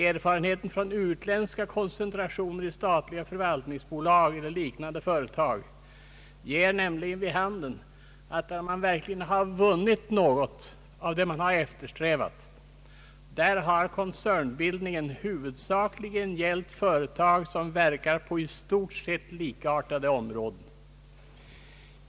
Erfarenheter från utländska koncentrationer av statliga förvaltningsbolag eller liknande företag ger nämligen vid handen att där man verkligen vunnit något av vad man eftersträvat, där har koncernbildningen huvudsakligen gällt företag som verkat på i stort sett likartade områden.